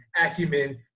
acumen